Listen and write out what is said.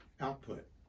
output